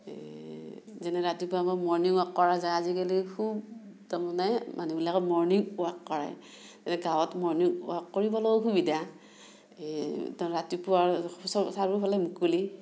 যেনে ৰাতিপুৱা আমাৰ মৰ্ণিং ৱাক কৰা যায় আজিকালি খুব তাৰমানে মানুহবিলাকে মৰ্ণিং ৱাক কৰে যে গাঁৱত মৰ্ণিং ৱাক কৰিবলৈও সুবিধা এই ৰাতিপুৱা আৰু ওচৰ চাৰিওফালে মুকলি